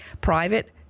private